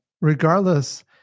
regardless